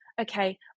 okay